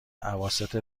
اواسط